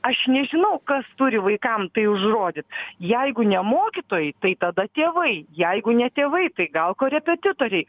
aš nežinau kas turi vaikam tai užrodyt jeigu ne mokytojai tai tada tėvai jeigu ne tėvai tai gal korepetitoriai